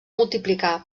multiplicar